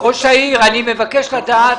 ראש העיר, אני מבקש לדעת